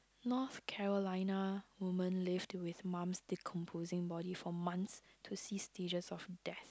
North Carolina woman lived with mum's decomposing body for months to see stages of death